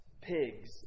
pigs